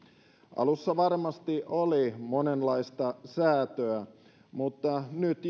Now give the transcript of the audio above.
alussa varmasti oli monenlaista säätöä mutta nyt